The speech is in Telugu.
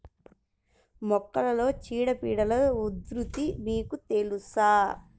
మొక్కలలో చీడపీడల ఉధృతి మీకు తెలుసా?